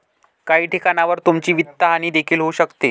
काही ठिकाणांवर तुमची वित्तहानी देखील होऊ शकते